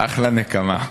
אחלה נקמה.